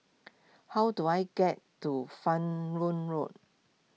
how do I get to Fan Yoong Road